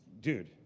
dude